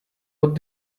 what